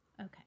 Okay